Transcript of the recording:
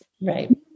right